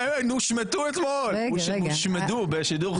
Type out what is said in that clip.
הושמדו אתמול בשידור חי.